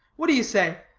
what do you say?